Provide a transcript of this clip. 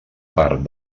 part